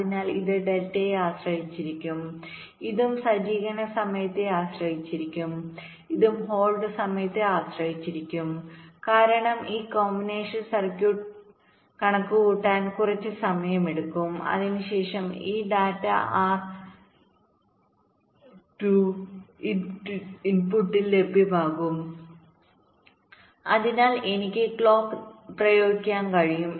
അതിനാൽ ഇത് ഡെൽറ്റയെ ആശ്രയിച്ചിരിക്കും ഇതും സജ്ജീകരണ സമയത്തെ ആശ്രയിച്ചിരിക്കും ഇതും ഹോൾഡ് സമയത്തെ ആശ്രയിച്ചിരിക്കും കാരണം ഈ കോമ്പിനേഷൻ സർക്യൂട്ട് കണക്കുകൂട്ടാൻ കുറച്ച് സമയമെടുക്കും അതിനുശേഷം ഈ ഡാറ്റ ആർ 2 ന്റെ ഇൻപുട്ടിൽ ലഭ്യമാകും അതിനാൽ എനിക്ക് ക്ലോക്ക് പ്രയോഗിക്കാൻ കഴിയും